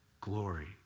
Glory